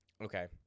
okay